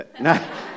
no